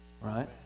Right